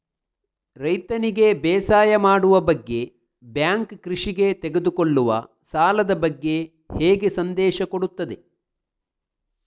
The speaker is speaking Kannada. ರೈತನಿಗೆ ಬೇಸಾಯ ಮಾಡುವ ಬಗ್ಗೆ ಬ್ಯಾಂಕ್ ಕೃಷಿಗೆ ತೆಗೆದುಕೊಳ್ಳುವ ಸಾಲದ ಬಗ್ಗೆ ಹೇಗೆ ಸಂದೇಶ ಕೊಡುತ್ತದೆ?